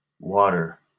Water